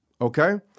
okay